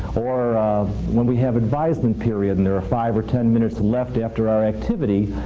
or when we have advisement period and there are five or ten minutes left after our activity.